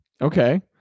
Okay